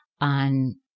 on